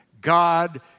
God